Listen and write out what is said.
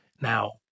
Now